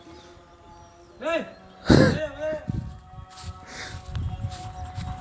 मोहन आवर्ती जमा खातात हर महीना दी हजार पैसा लगा छे